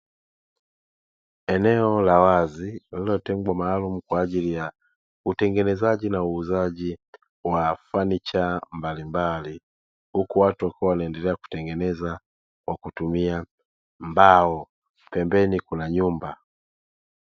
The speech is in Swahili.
Eneo la wazi lililotengenezwa maalumu kwa ajili ya ununuaji na utengenezaji wa fanicha mbalimbali, huku watu wakiwa wanendelea kutengeneza kwa kutumia mbao pembeni kuna nyumba.